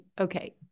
Okay